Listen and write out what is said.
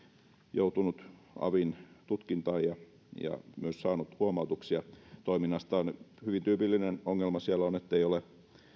joutunut avin tutkintaan ja myös saanut huomautuksia toiminnastaan hyvin tyypillinen ongelma siellä on ettei ole